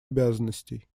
обязанностей